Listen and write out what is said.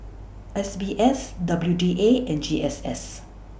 S B S W D A and G S S